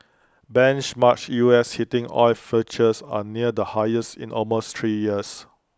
benchmark U S heating oil futures are near the highest in almost three years